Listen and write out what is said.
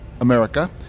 america